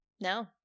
No